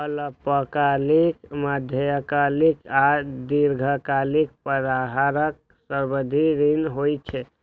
अल्पकालिक, मध्यकालिक आ दीर्घकालिक प्रकारक सावधि ऋण होइ छै